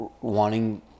wanting